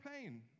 pain